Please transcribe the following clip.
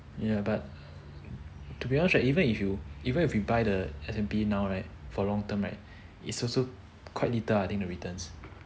ya but to be honest right even if you even if you buy the S&P now right for long term it is also quite little ah I think the returns